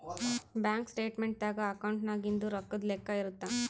bank statement ದಾಗ ಅಕೌಂಟ್ನಾಗಿಂದು ರೊಕ್ಕದ್ ಲೆಕ್ಕ ಇರುತ್ತ